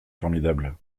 formidable